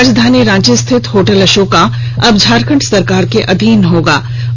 राजधानी रांची स्थित होटल अशोका अब झारखंड सरकार के अधीन हो गया है